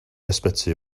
ysbyty